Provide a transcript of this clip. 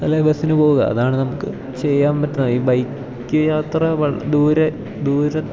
അല്ലേ ബസ്സിന് പോകുക അതാണ് നമുക്ക് ചെയ്യാൻ പറ്റുന്ന ഈ ബൈക്ക് യാത്ര ദൂരെ